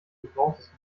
gebrauchtes